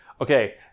Okay